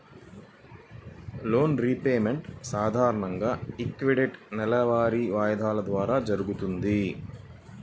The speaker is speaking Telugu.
లోన్ రీపేమెంట్ సాధారణంగా ఈక్వేటెడ్ నెలవారీ వాయిదాల ద్వారానే జరుగుతది